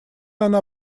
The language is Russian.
она